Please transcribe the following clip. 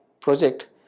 project